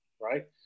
right